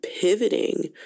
pivoting